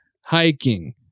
hiking